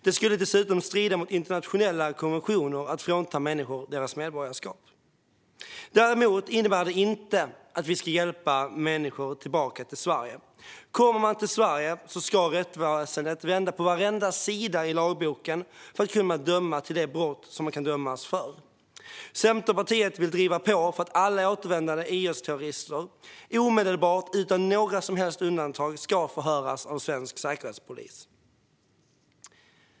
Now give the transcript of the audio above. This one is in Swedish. Det skulle dessutom strida mot internationella konventioner att frånta människor deras medborgarskap. Däremot innebär det inte att vi ska hjälpa människor tillbaka till Sverige. Kommer man till Sverige ska rättsväsendet vända på varenda sida i lagboken för att kunna döma för de brott som man kan dömas för. Centerpartiet vill driva på för att alla återvändande IS-terrorister omedelbart och utan några som helst undantag ska förhöras av svensk säkerhetspolis.